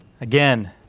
Again